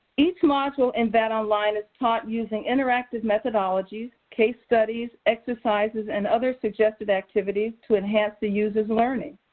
each module in vat online is taught using interactive methodologies, case studies, exercises, and other suggested activities to enhance the user's learning.